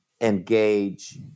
engage